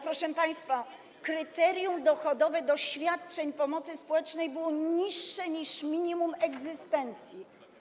Proszę państwa, kryterium dochodowe w przypadku świadczeń pomocy społecznej było niższe niż minimum egzystencji.